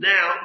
Now